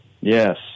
Yes